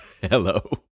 Hello